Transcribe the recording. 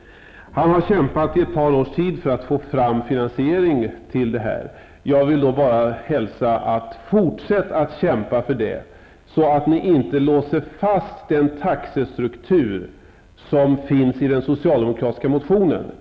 Georg Andersson har kämpat i ett par års tid för att få fram en finansiering till de här investeringarna, säger han. Jag vill då bara hälsa: Fortsätt att kämpa för det, så att ni inte låser fast den taxestruktur som anges i den socialdemokratiska motionen!